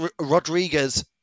Rodriguez